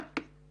בבקשה.